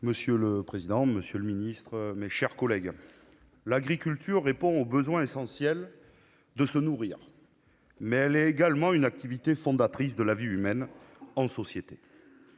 Monsieur le président, monsieur le ministre, mes chers collègues, l'agriculture répond au besoin essentiel de se nourrir, mais elle est également une activité fondatrice de la vie humaine en société.